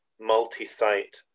multi-site